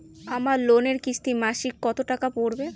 আমার লোনের কিস্তি মাসিক কত টাকা পড়বে?